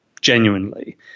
Genuinely